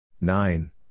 Nine